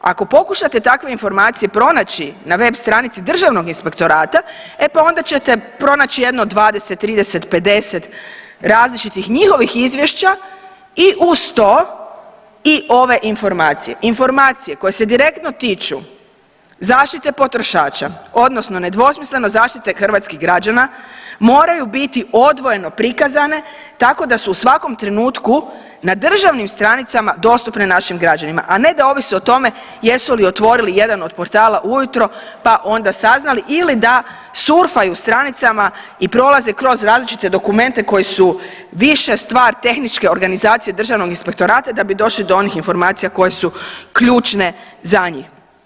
Ako pokušate takve informacije pronaći na web stranici državnog inspektorata, e pa onda ćete pronaći jedno 20, 30, 50 različitih njihovih izvješća i uz to i ove informacije, informacije koje se direktno tiču zaštite potrošača odnosno nedvosmisleno zaštite hrvatskih građana, moraju biti odvojeno prikazane tako da su u svakom trenutku na državnim stranicama dostupne našim građanima, a ne da ovise o tome jesu li otvorili jedan od portala ujutro, pa onda saznali ili da surfaju stranicama i prolaze kroz različite dokumente koji su više stvar tehničke organizacije državnog inspektorata da bi došli do onih informacija koje su ključne za njih.